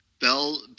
Bell